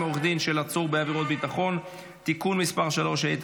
עורך דין של עצור בעבירת ביטחון) (תיקון מס' 3),